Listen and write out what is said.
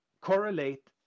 correlate